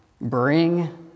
bring